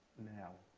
now.